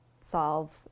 solve